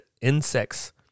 insects